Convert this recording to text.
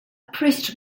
priest